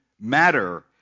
matter